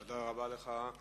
תודה רבה לך.